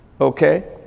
okay